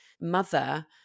mother